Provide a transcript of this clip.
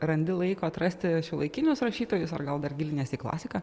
randi laiko atrasti šiuolaikinius rašytojus ar gal dar giliniesi į klasiką